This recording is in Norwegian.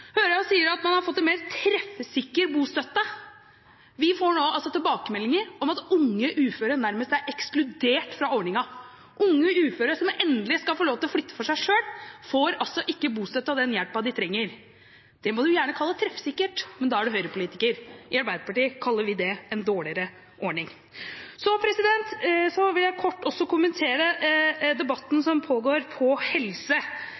hører også man sier at man har fått en mer treffsikker bostøtte. Vi får nå tilbakemeldinger om at unge uføre nærmest er ekskludert fra ordningen. Unge uføre som endelig skal få lov til å flytte for seg selv, får altså ikke bostøtte og den hjelpen de trenger. Det må man gjerne kalle treffsikkert, men da er man høyrepolitiker. I Arbeiderpartiet kaller vi det en dårligere ordning. Så vil jeg også kort kommentere debatten som pågår om helse.